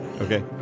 Okay